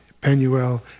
Penuel